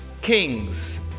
kings